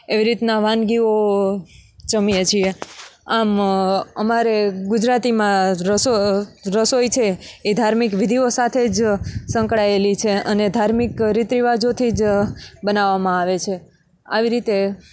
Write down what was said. એવી રીતના વાનગીઓ જમીએ છીએ આમ અમારે ગુજરાતીમાં રસોઈ છે એ ધાર્મિક વિધિઓ સાથે જ સંકળાયેલી છે અને ધાર્મિક રીત રિવાજોથી જ બનાવવામાં આવે છે આવી રીતે